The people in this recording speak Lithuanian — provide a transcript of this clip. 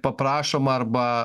paprašoma arba